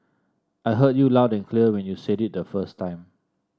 I heard you loud and clear when you said it the first time